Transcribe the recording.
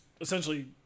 essentially